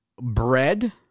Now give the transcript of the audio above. bread